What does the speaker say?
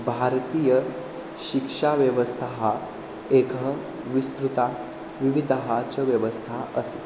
भारतीयशिक्षाव्यवस्था एका विस्तृता विविधः च व्यवस्था असि